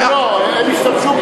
לא, לא, הם ישתמשו.